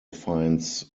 finds